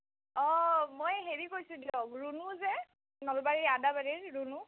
অঁ মই হেৰি কৈছোঁ দিয়ক ৰুনু যে নলবাৰীৰ আদাবাৰীৰ ৰুনু